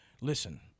listen